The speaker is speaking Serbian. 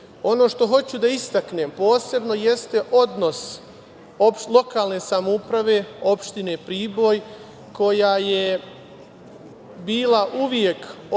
što hoću da istaknem posebno jeste odnos lokalne samouprave opštine Priboj koja je bila uvek